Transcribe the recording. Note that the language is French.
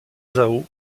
zhao